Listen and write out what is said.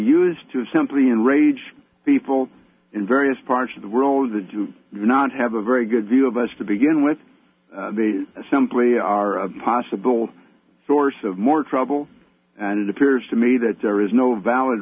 used to simply enrage people in various parts of the world to do not have a very good view of us to begin with simply are a possible source of more trouble and it appears to me that there is no valid